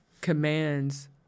commands